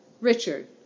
Richard